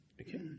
Okay